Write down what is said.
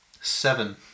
Seven